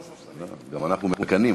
אנחנו מקנאים,